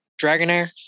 Dragonair